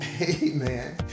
amen